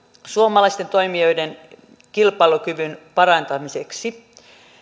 suomalaisten toimijoiden kilpailukyvyn parantamiseksi